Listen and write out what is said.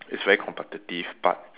it's very competitive but